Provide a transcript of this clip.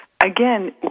again